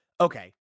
Okay